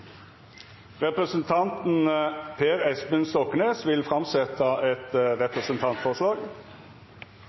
Representanten Per Espen Stoknes vil setja fram eit representantforslag.